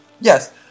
Yes